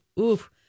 Oof